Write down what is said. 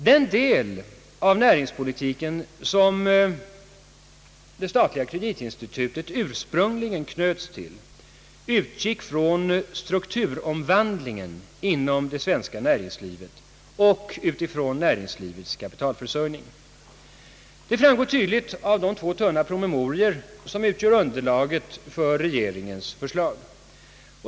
Den del av näringspolitiken som de statliga kreditinstituten ursprungligen knöts till utgick från strukturomvandlingen inom det svenska näringslivet och från näringslivets kapitalförsörjning. Detta framgår tydligt av de två tunna promemorior, som utgör underlaget för regeringens förslag.